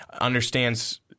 understands